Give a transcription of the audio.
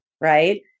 right